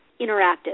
interactive